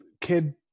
kid